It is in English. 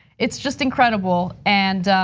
it's just incredible and